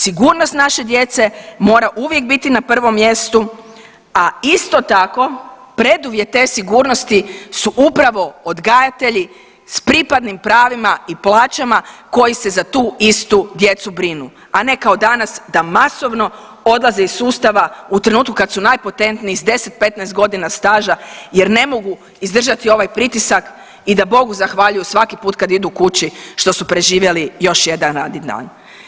Sigurnost naše djece mora uvijek biti na prvom mjestu, a isto tako preduvjet te sigurnosti su upravo odgajatelji s pripadnim pravima i plaćama koji se za tu istu djecu brinu, a ne kao danas da masovno odlaze iz sustava u trenutku kad su najpotentniji s 10, 15 godina staža jer ne mogu izdržati ovaj pritisak i da Bogu zahvaljuju svaki put kad idu kući što su preživjeli još jedan radni dan.